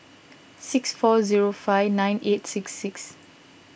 six four zero five nine eight six six